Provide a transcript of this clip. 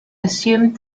assumed